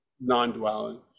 non-dwelling